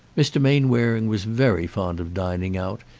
mr. mainwaring was very fond of dining out,